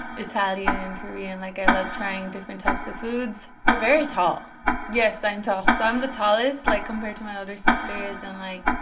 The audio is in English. italian, korean. like, i love trying different types of foods you're very tall yes, i'm tall. so i'm the tallest, like, compared to my older sisters. and, like,